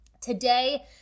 Today